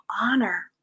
honor